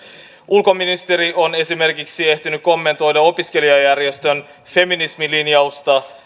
ulkoministeri on esimerkiksi ehtinyt kommentoida opiskelijajärjestön feminismilinjausta